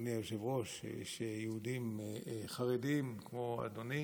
אדוני היושב-ראש, יש יהודים חרדים כמו אדוני,